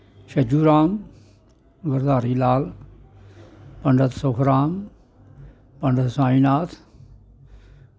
Chhajju Ram Girdhari Lal Pandit Sukhram Pandit Sai Nath